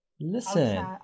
listen